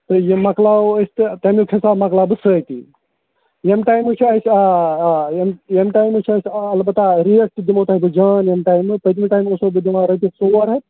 تہٕ یہِ مۅکلاوَو أسۍ تہٕ تَمیُک حِساب مۅکلاو بہٕ سۭتی ییٚمہِ ٹایمہٕ چھُ اَسہِ آ آ ییٚمہِ ییٚمہِ ٹایمہٕ چھِ اَسہِ اَلبتہ ریٹ تہِ دِمو تۄہہِ بہٕ جان ییٚمہِ ٹایمہٕ پٔتۍمہِ ٹایمہٕ اوسوَو بہٕ دِوان رۄپیہِ ژور ہَتھ